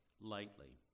lightly